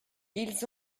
ils